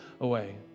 away